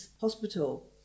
hospital